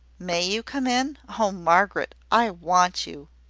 may you come in? oh, margaret! i want you.